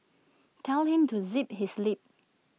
tell him to zip his lip